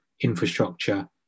infrastructure